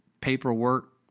paperwork